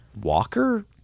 Walker